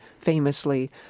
famously